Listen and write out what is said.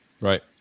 Right